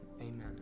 Amen